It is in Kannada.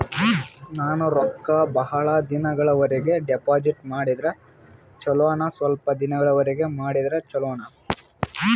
ನಾನು ರೊಕ್ಕ ಬಹಳ ದಿನಗಳವರೆಗೆ ಡಿಪಾಜಿಟ್ ಮಾಡಿದ್ರ ಚೊಲೋನ ಸ್ವಲ್ಪ ದಿನಗಳವರೆಗೆ ಮಾಡಿದ್ರಾ ಚೊಲೋನ?